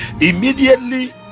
immediately